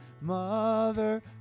mother